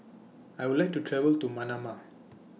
I Would like to travel to Manama